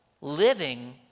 living